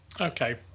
Okay